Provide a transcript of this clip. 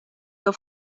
que